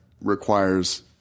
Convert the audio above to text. requires